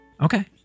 Okay